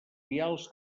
vials